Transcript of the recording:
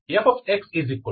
FxF1x F2x